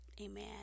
Amen